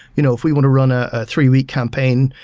you know if we want to run a three-week campaign,